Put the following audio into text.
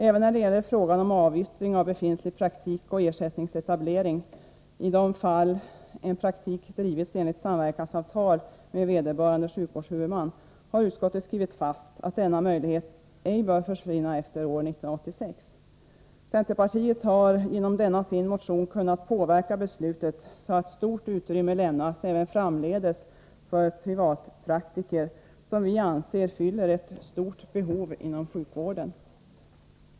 Även när det gäller frågan om avyttring av befintlig praktik och ersättningsetablering, i de fall en praktik drivits enligt samverkansavtal med vederbörande sjukvårdshuvudman, har utskottet slagit fast att denna möjlighet ej bör försvinna efter år 1986. Centerpartiet har genom denna sin motion kunnat påverka beslutet så, att stort utrymme lämnas även framdeles för privatpraktiker, som vi anser fyller ett stort behov inom sjukvården.